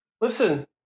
Listen